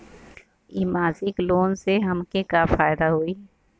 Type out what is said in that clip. इ मासिक लोन से हमके का फायदा होई?